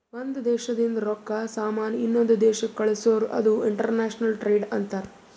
ಒಂದ್ ದೇಶದಿಂದ್ ರೊಕ್ಕಾ, ಸಾಮಾನ್ ಇನ್ನೊಂದು ದೇಶಕ್ ಕಳ್ಸುರ್ ಅದು ಇಂಟರ್ನ್ಯಾಷನಲ್ ಟ್ರೇಡ್ ಅಂತಾರ್